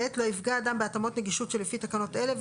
(ב)לא יפגע אדם בהתאמות נגישות שלפי תקנות אלה,